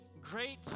great